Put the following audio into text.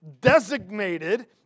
designated